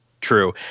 True